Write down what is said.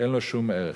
אין לו שום ערך.